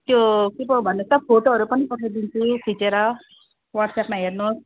त्यो के पो भन्नु त फोटोहरू पनि पठाइदिन्छु खिचेर वाट्सएपमा हेर्नुहोस्